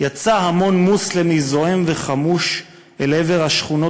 יצא המון מוסלמי זועם וחמוש אל עבר השכונות